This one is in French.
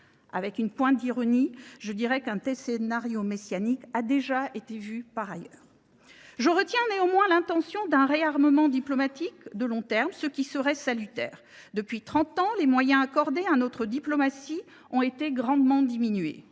Avec une pointe d’ironie, je dirai qu’un tel scénario messianique a déjà été vu par ailleurs… Je retiens néanmoins l’intention d’un réarmement diplomatique à long terme, qui serait salutaire. Depuis trente ans, les moyens accordés à notre diplomatie ont été grandement diminués,